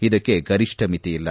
ಇದಕ್ಕೆ ಗರಿಷ್ಣ ಮಿತಿ ಇಲ್ಲ